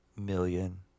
million